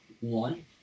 one